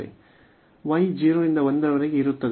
y 0 ರಿಂದ 1 ರವರೆಗೆ ಇರುತ್ತದೆ